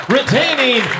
Retaining